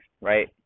right